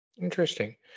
Interesting